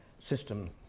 system